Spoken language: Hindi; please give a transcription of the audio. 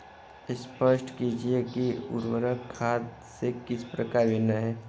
स्पष्ट कीजिए कि उर्वरक खाद से किस प्रकार भिन्न है?